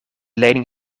leiding